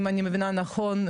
אם אני מבינה נכון,